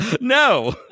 No